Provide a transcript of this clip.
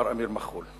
מר אמיר מח'ול,